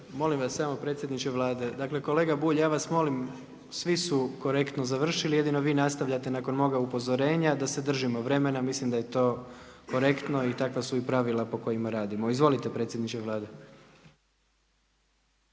Molim vas samo predsjedniče Vlade. Dakle kolega Bulj, ja vas molim svi su korektno završili jedino vi nastavljate nakon moga upozorenja da se držimo vremena. Mislim da je to korektno i takva su i pravila po kojima radimo. Izvolite predsjedniče Vlade.